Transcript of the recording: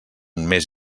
més